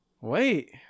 wait